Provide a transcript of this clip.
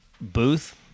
Booth